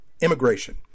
immigration